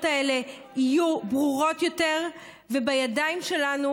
האלה יהיו ברורות יותר ובידיים שלנו,